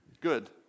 Good